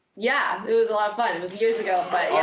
yeah, it was a lot of fun. it was years ago. but yeah